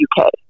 UK